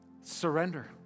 Surrender